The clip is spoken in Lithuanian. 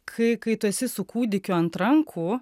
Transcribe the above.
kai kai tu esi su kūdikiu ant rankų